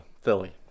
Philly